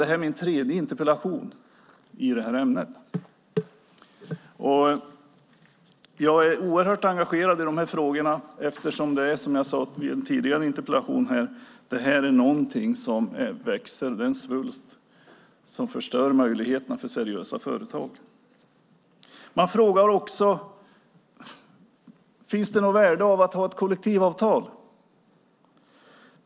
Detta är min tredje interpellation i det här ämnet. Jag är oerhört engagerad i de här frågorna eftersom detta, som jag sade i samband med en tidigare interpellation, är någonting som växer. Det är en svulst som förstör möjligheterna för seriösa företag. Man frågar också: Finns det något värde i att ha ett kollektivavtal?